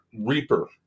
reaper